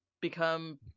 become